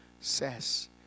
says